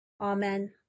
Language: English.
Amen